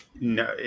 No